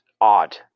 odd